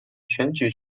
选举